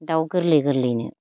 दाउ गोरलै गोरलैनो